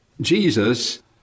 Jesus